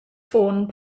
ffôn